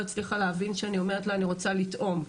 הצליחה להבין שאני אומרת לה אני רוצה לטעום.